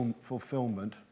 fulfillment